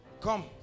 Come